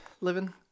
living